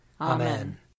Amen